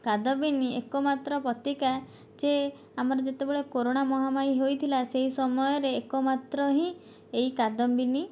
କାଦମ୍ବିନୀ ଏକ ମାତ୍ର ପତ୍ରିକା ଯେ ଆମର ଯେତେବେଳେ କରୋନା ମହାମାରି ହୋଇଥିଲା ସେଇ ସମୟରେ ଏକ ମାତ୍ର ହିଁ ଏହି କାଦମ୍ବିନୀ